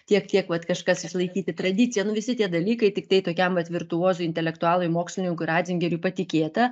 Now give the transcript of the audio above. tiek kiek vat kažkas išlaikyti tradiciją nu visi tie dalykai tiktai tokiam vat virtuozui intelektualui mokslininkui ratzingeriui patikėta